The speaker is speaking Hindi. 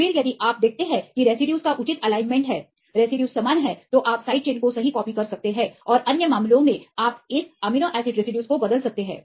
फिर यदि आप देखते हैं कि रेसिड्यूज का उचित एलाइनमेंट है रेसिड्यूज समान हैं तो आप साइड चेन को सही कॉपी कर सकते हैं और अन्य मामलों में आप इस एमिनो एसिड रेसिड्यूज को बदल सकते हैं